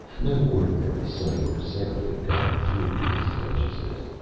no ordinary sight or sound could have gotten through to his consciousness.